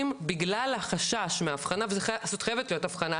בגלל החשש מאבחנה וזאת חייבת להיות אבחנה,